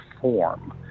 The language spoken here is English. form